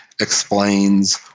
explains